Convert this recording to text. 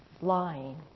lying